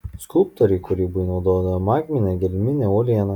skulptoriai kūrybai naudodavo magminę gelminę uolieną